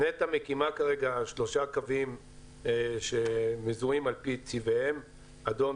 נת"ע מקימה כרגע שלושה קווים שמזוהים על-פי צבעיהם: אדום,